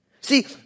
See